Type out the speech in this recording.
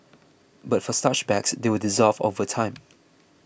but for starch bags they will dissolve over time